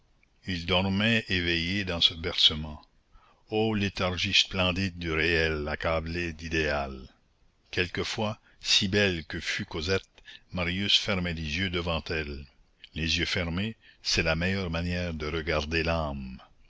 ils dormaient éveillés dans ce bercement ô léthargie splendide du réel accablé d'idéal quelquefois si belle que fût cosette marius fermait les yeux devant elle les yeux fermés c'est la meilleure manière de regarder l'âme